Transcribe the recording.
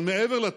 אבל מעבר לתקציב,